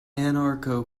anarcho